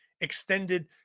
extended